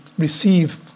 receive